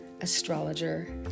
astrologer